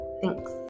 Thanks